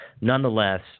Nonetheless